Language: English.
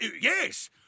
Yes